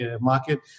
market